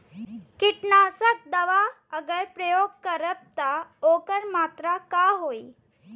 कीटनाशक दवा अगर प्रयोग करब त ओकर मात्रा का होई?